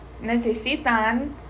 Necesitan